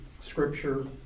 scripture